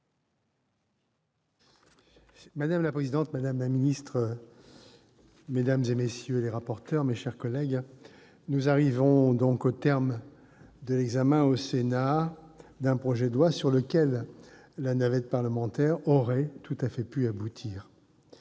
Madame la présidente, madame la ministre, mesdames, messieurs les rapporteurs, mes chers collègues, nous arrivons au terme de l'examen au Sénat d'un projet de loi sur lequel la navette parlementaire aurait tout à fait pu aboutir.